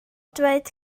dweud